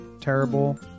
terrible